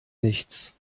nichts